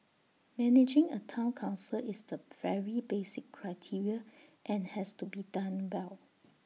managing A Town Council is the very basic criteria and has to be done well